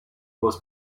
was